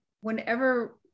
whenever